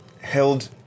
held